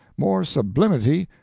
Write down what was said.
more sublimity,